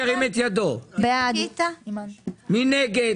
מי נגד?